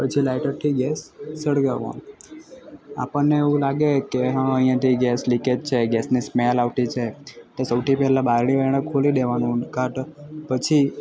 પછી લાઇટરથી ગેસ સળગાવવાનો આપણને એવું લાગે કે હાં અહીંયા થી ગેસ લીકેજ છે ગેસની સ્મેલ આવે છે તો સૌથી પહેલા બારી બારણા ખોલી દેવાનાં ક્યાં તો પછી